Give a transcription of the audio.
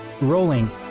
rolling